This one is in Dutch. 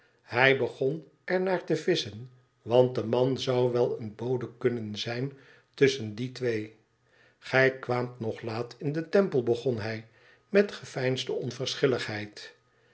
hij begon er naar te visschen want de man zou wel een bode kunnen zijn tusschen die twee gij kwaamt nog laat in den temple begon hij met geveinsde onverschilligheid